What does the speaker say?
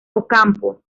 ocampo